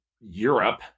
Europe